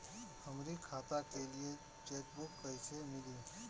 हमरी खाता के लिए चेकबुक कईसे मिली?